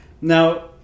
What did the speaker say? Now